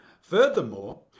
Furthermore